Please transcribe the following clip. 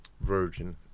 Virgin